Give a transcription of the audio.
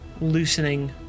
loosening